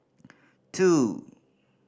two